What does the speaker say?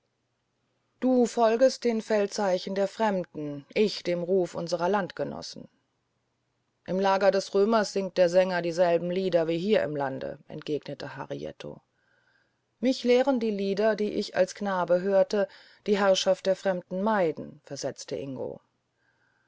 du folgtest den feldzeichen der fremden ich dem ruf unserer landgenossen im lager des römers singt der sänger dieselben lieder wie hier im lande entgegnete harietto mich lehrten die lieder die ich als knabe hörte die herrschaft der fremden meiden versetzte ingo